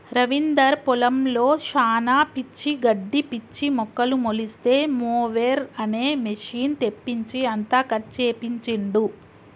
రవీందర్ పొలంలో శానా పిచ్చి గడ్డి పిచ్చి మొక్కలు మొలిస్తే మొవెర్ అనే మెషిన్ తెప్పించి అంతా కట్ చేపించిండు